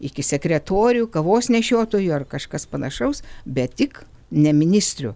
iki sekretorių kavos nešiotojų ar kažkas panašaus bet tik ne ministrių